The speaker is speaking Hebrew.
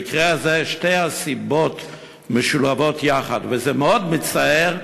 במקרה הזה שתי הסיבות משולבות יחד, וזה מאוד מצער,